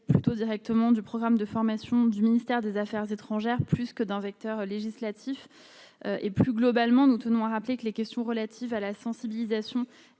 plutôt directement du programme de formation du ministère des Affaires étrangères, plus que d'un vecteur législatif et, plus globalement, nous tenons à rappeler que les questions relatives à la sensibilisation